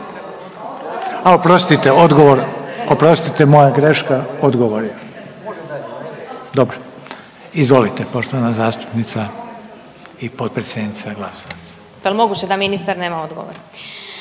oprostite moja greška, odgovor je, dobro. Izvolite poštovana zastupnica i potpredsjednica Glasovac.